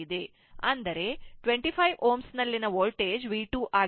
ಅಂದರೆ 25 Ω ನಲ್ಲಿರುವ voltage V2 ಆಗಿದೆ